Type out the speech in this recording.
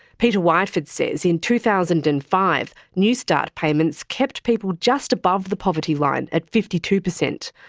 peter whiteford says in two thousand and five, newstart payments kept people just above the poverty line at fifty two percent,